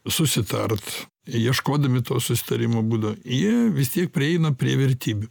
susitart ieškodami to susitarimo būdo jie vis tiek prieina prie vertybių